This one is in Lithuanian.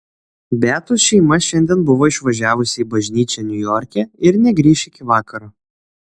beatos šeima šiandien buvo išvažiavusi į bažnyčią niujorke ir negrįš iki vakaro